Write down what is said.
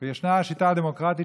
ישנה השיטה הדמוקרטית,